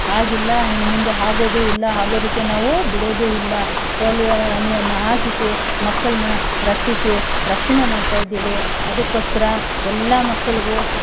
ಆಗಿಲ್ಲ ಇನ್ಮುಂದೆ ಆಗೋದೂ ಇಲ್ಲ ಆಗೋದಕ್ಕೆ ನಾವು ಬಿಡೋದೂ ಇಲ್ಲ ಪೋಲಿಯೋ ಹನಿಯನ್ನು ಹಾಕಿಸಿ ಮಕ್ಕಳನ್ನ ರಕ್ಷಿಸಿ ರಕ್ಷಣೆ ಮಾಡ್ತಾಯಿದ್ದೀವಿ ಅದಕ್ಕೋಸ್ಕರ ಎಲ್ಲ ಮಕ್ಕಳಿಗೂ